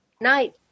Night